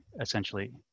essentially